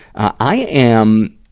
i am,